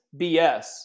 BS